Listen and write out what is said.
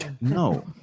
No